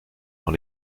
dans